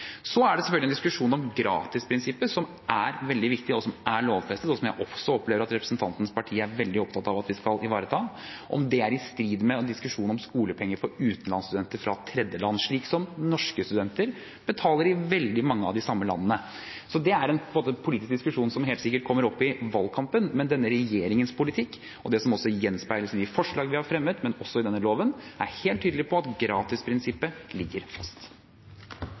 Så er det selvfølgelig en diskusjon om gratisprinsippet, som er veldig viktig, og som er lovfestet, og som jeg også opplever at representantens parti er veldig opptatt av at vi skal ivareta. Om det er i strid med skolepenger for utenlandsstudenter fra tredjeland – som norske studenter betaler i veldig mange av de samme landene – er en politisk diskusjon som helt sikkert kommer opp i valgkampen. Men denne regjeringens politikk og det som gjenspeiles i de forslagene vi har fremmet – men også i denne loven – er helt tydelig på at gratisprinsippet ligger fast.